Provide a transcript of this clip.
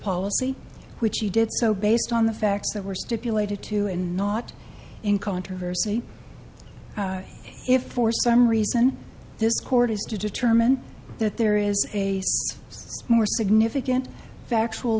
policy which he did so based on the facts that were stipulated to and not in controversy if for some reason this court has to determine that there is a more significant factual